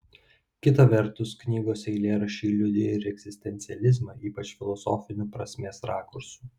kita vertus knygos eilėraščiai liudija ir egzistencializmą ypač filosofiniu prasmės rakursu